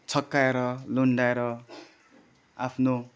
छक्काएर लँडाएर आफ्नो